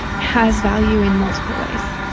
has value in multiple ways.